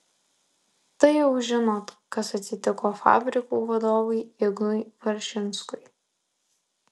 tai jau žinot kas atsitiko fabrikų vadovui ignui varžinskui